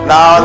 Now